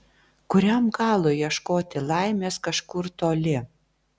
kuriam galui ieškoti laimės kažkur toli